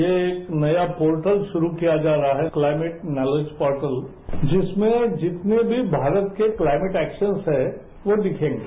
ये एक नया पोर्टल शुरू किया जा रहा है क्लाइमेंट नॉलेज पोर्टल जिसमें जितने भी भारत के क्लाइमेंट एक्शन्स हैं वो दिखेंगे